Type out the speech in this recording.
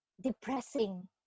depressing